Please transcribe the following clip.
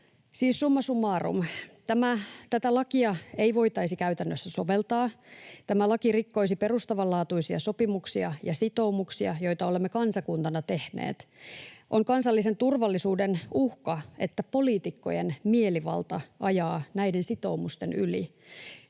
summa summarum, tätä lakia ei voitaisi käytännössä soveltaa, tämä laki rikkoisi perustavanlaatuisia sopimuksia ja sitoumuksia, joita olemme kansakuntana tehneet. On kansallisen turvallisuuden uhka, että poliitikkojen mielivalta ajaa näiden sitoumusten yli,